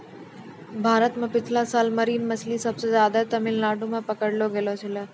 भारत मॅ पिछला साल मरीन मछली सबसे ज्यादे तमिलनाडू मॅ पकड़लो गेलो छेलै